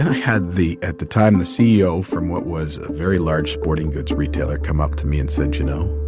had the at the time, the ceo from what was a very large sporting goods retailer come up to me and said, you know,